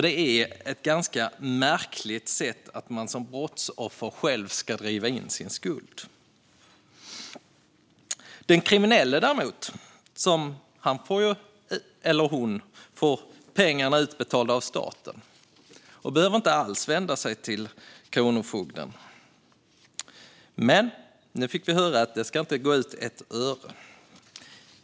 Det är ju ganska märkligt att man som brottsoffer själv ska driva in sin skuld medan den kriminelle får pengarna utbetalda av staten och inte alls behöver vända sig till Kronofogden. Nu fick vi höra att det inte ska gå ut ett öre.